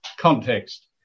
context